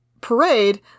parade